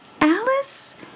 Alice